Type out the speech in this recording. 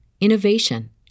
innovation